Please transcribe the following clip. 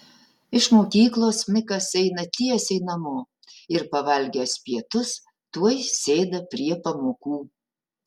iš mokyklos mikas eina tiesiai namo ir pavalgęs pietus tuoj sėda prie pamokų